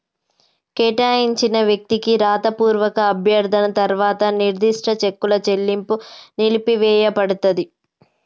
కేటాయించిన వ్యక్తికి రాతపూర్వక అభ్యర్థన తర్వాత నిర్దిష్ట చెక్కుల చెల్లింపు నిలిపివేయపడతది